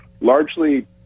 largely